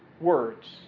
words